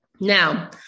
Now